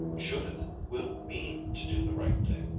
judith will mean to do the right thing.